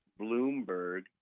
bloomberg